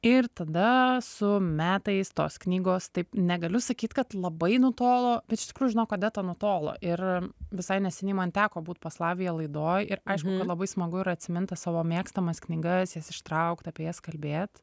ir tada su metais tos knygos taip negaliu sakyt kad labai nutolo bet iš tikrųjų žinok odeta nutolo ir visai neseniai man teko būt pas laviją laidoj ir aišku kad labai smagu ir atsimint tas savo mėgstamas knygas jas ištraukt apie jas kalbėt